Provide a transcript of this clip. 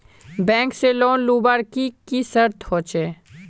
Bank से loan लुबार की की शर्त होचए?